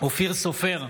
אופיר סופר,